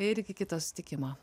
ir iki kito susitikimo